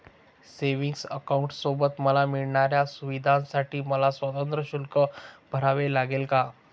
Savings अकाउंटसोबत मला मिळणाऱ्या सुविधांसाठी मला स्वतंत्र शुल्क भरावे लागेल का?